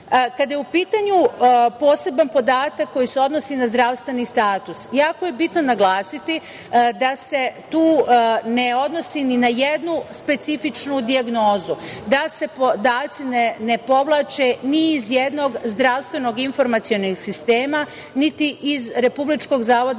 je u pitanju poseban podatak koji se odnosi na zdravstveni status, jako je bitno naglasiti da se tu ne odnosi ni na jednu specifičnu dijagnozu, da se podaci ne povlače ni iz jednog zdravstvenog informacionog sistema, niti iz Republičkog zavoda